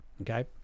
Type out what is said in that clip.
okay